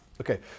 Okay